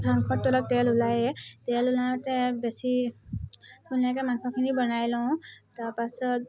মাংসতটো তেল ওলায়েই তেল ওলাওঁতে বেছি ধুনীয়াকৈ মাংসখিনি বনাই লওঁ তাৰপাছত